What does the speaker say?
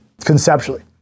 conceptually